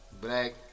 black